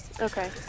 Okay